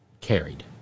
carried